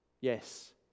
Yes